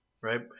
right